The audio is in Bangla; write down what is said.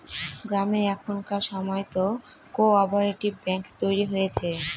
গ্রামে এখনকার সময়তো কো অপারেটিভ ব্যাঙ্ক তৈরী হয়েছে